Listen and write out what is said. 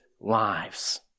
lives